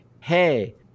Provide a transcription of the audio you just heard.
hey